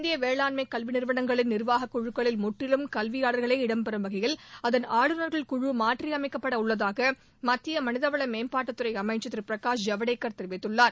இந்திய வேளாண்மை கல்வி நிறுவனங்களின் நிர்வாகக் குழுக்களில் முற்றிலும் கல்வியாளர்களே இடம்பெறும் வகையில் அதன் ஆளுநர்கள் குழு மாற்றியமைக்கப்பட உள்ளதாக மத்திய மனிதவள மேம்பாட்டுத் துறை அமைச்சர் திரு பிரகாஷ் ஜவ்டேக்கர் தெரிவித்துள்ளார்